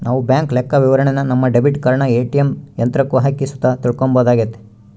ನಾವು ಬ್ಯಾಂಕ್ ಲೆಕ್ಕವಿವರಣೆನ ನಮ್ಮ ಡೆಬಿಟ್ ಕಾರ್ಡನ ಏ.ಟಿ.ಎಮ್ ಯಂತ್ರುಕ್ಕ ಹಾಕಿ ಸುತ ತಿಳ್ಕಂಬೋದಾಗೆತೆ